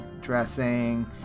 dressing